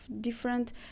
different